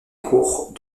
cours